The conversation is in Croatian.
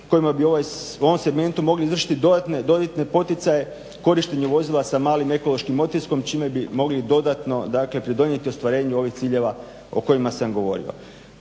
kojima bi u ovom segmentu mogli izvršiti dodatne poticaje korištenju vozila sa malim ekološkim otiskom čime bi mogli dodatno, dakle pridonijeti ostvarenju ovih ciljeva o kojima sam govorio.